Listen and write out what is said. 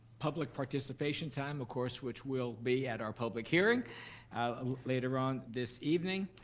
public participation time, of course, which will be at our public hearing later on this evening.